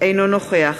אינו נוכח